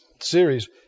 series